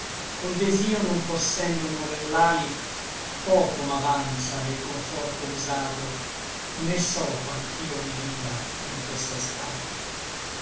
col desio non possendo mover l'ali poco m'avanza del conforto usato né so quant'io mi viva in questo stato